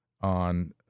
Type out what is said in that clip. On